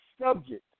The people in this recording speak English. subject